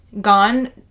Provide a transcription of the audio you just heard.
gone